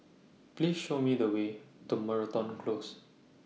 Please Show Me The Way to Moreton Close